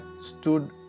stood